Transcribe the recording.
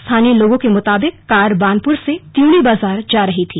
स्थानीय लोगों के मुताबिक कार बानपुर से त्यूणी बाजार जा रही थी